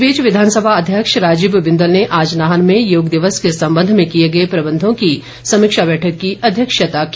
इस बीच विधानसभा अध्यक्ष राजीव बिंदल ने आज नाहन में योग दिवस के संबंध में किए गए प्रबंधों की समीक्षा बैठक की अध्यक्षता की